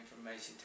Information